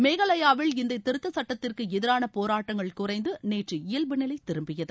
மேகாலயாவில் இந்த திருத்த சுட்டத்திற்கு எதிரான போராட்டங்கள் குறைந்து நேற்று இயவ்பு நிலை திரும்பியது